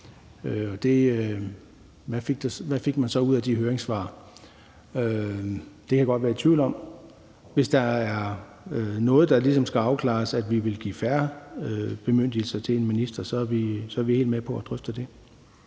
hvad fik man så ud af de høringssvar? Det kan jeg godt være i tvivl om. Hvis der er noget, der ligesom skal afklares, i forhold til at vi vil give færre bemyndigelser til en minister, så er vi helt med på at drøfte det.